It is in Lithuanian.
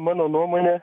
mano nuomone